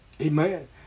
Amen